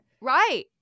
Right